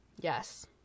Yes